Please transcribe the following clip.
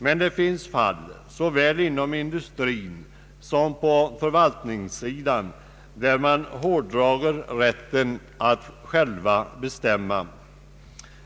Men det finns fall, såväl inom industrin som på förvaltningssidan, där man hårdrar rätten att själva bestämma.